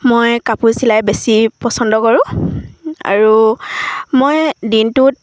মই কাপোৰ চিলাই বেছি পচন্দ কৰোঁ আৰু মই দিনটোত